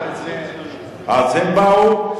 הם באו,